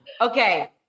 Okay